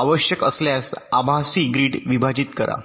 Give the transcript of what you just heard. आवश्यक असल्यास आभासी ग्रिड विभाजित करा